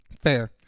Fair